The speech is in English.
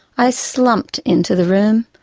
i slumped into the room,